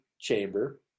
chamber